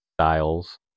styles